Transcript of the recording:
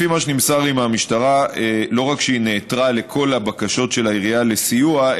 לפי מה שנמסר לי מהמשטרה לא רק שהיא נעתרה לכל הבקשות של העירייה לסיוע,